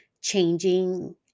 changing